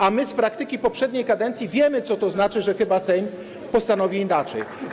A my z praktyki poprzedniej kadencji wiemy, co to znaczy: chyba że Sejm postanowi inaczej.